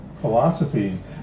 philosophies